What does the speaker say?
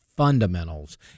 fundamentals